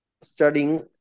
studying